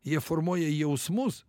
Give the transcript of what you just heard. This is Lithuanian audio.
jie formuoja jausmus